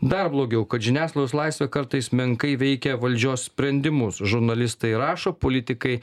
dar blogiau kad žiniasklaidos laisvė kartais menkai veikia valdžios sprendimus žurnalistai rašo politikai